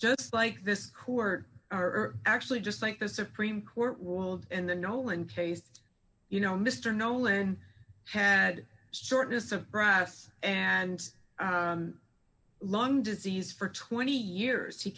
just like this court or actually just like the supreme court ruled in the no one case you know mister nolan had shortness of breath and long disease for twenty years he